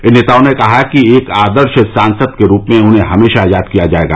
इन नेताओं ने कहा कि एक आदर्श सांसद के रूप में उन्हें हमेशा याद किया जायेगा